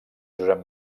josep